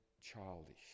childish